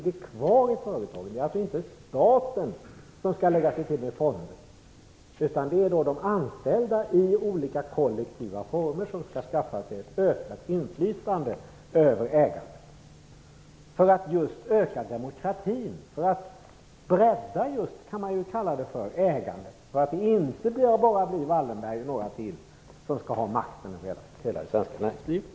Det är alltså inte staten som skall lägga sig till med fonder, utan det är de anställda som i olika kollektiva fonder skall skaffa sig ett ökat inflytande över ägandet för att öka demokratin och bredda ägandet så att det inte blir enbart familjen Wallenberg och några till som har makten över hela det svenska näringslivet.